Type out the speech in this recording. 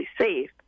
safe